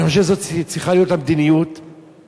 אני חושב שזאת צריכה להיות המדיניות שהממשלה,